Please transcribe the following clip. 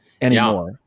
anymore